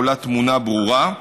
עולה תמונה ברורה.